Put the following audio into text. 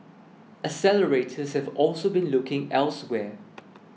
accelerators have also been looking elsewhere